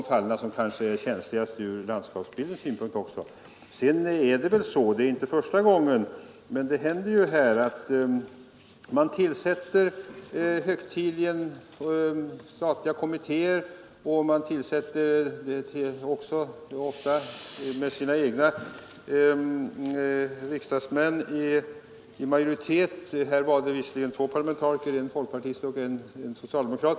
Men vad händer inte så sällan sedan man högtidligt tillsatt statliga kommittér, där de egna riksdagsmännen ofta blir i majoritet — här var det visserligen en folkpartist och en socialdemokrat?